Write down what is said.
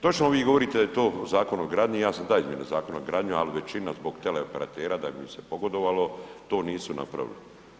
Točno vi govorite da je to po Zakonu o gradnji, ja sam da izmjene Zakona o gradnji, al većina zbog teleoperatera da bi im se pogodovalo, to nisu napravili.